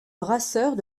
brasseurs